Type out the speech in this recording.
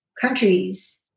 countries